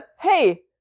Hey